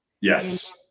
Yes